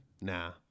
nah